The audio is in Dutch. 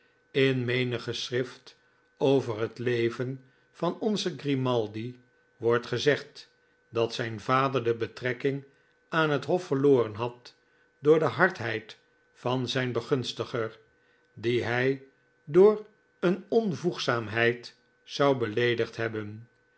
in menig geschrift over net leven van onzen grimaldi wordt gezegd dat zijn vader de betrekking aan net hof verloren had door de hardheid van zijn begunstiger dien hij door een onvoegzaamheid zou beleedigd hebben